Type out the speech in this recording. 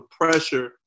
pressure